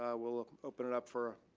ah we'll open it up for